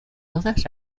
todas